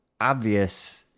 obvious